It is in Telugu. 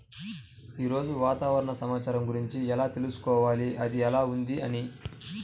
ఈరోజు వాతావరణ సమాచారం గురించి ఎలా తెలుసుకోవాలి అది ఎలా ఉంది అని?